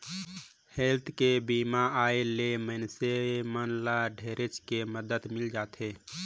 health के बीमा आय ले मइनसे मन ल ढेरेच के मदद मिल जाथे